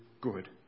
good